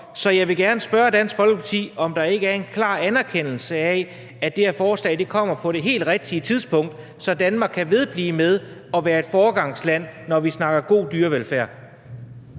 Så jeg vil gerne spørge Dansk Folkeparti, om der ikke er en klar anerkendelse af, at det her forslag kommer på det helt rigtige tidspunkt, så Danmark kan blive ved med at være et foregangsland, når vi snakker god dyrevelfærd.